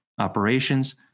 operations